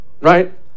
right